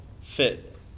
fit